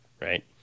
Right